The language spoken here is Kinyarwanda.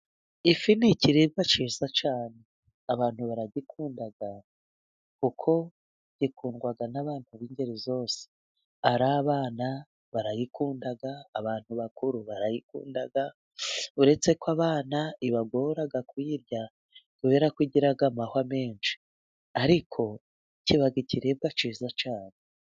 Ifi ni ikiribwa cyiza cyane, abantu barayikunda kuko ikundwa n'abantu b'ingeri zose, ari abana barayikunda, abantu bakuru barayikunda, uretse ko abana ibagora kuyirya, kubera ko igira amahwa menshi, ariko kiba ikiribwa cyiza cyane.